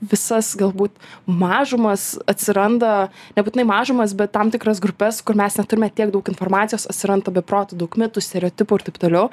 visas galbūt mažumas atsiranda nebūtinai mažumas bet tam tikras grupes kur mes neturime tiek daug informacijos atsiranda be proto daug mitų stereotipų ir taip toliau